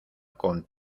con